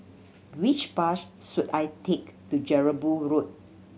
which bus should I take to Jelebu Road